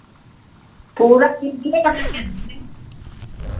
पूरा वीडियो बना के देंगे